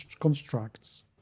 constructs